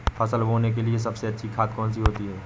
फसल बोने के लिए सबसे अच्छी खाद कौन सी होती है?